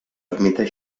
ermita